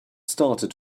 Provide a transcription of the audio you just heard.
started